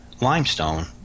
limestone